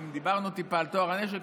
אם דיברנו טיפה על טוהר הנשק,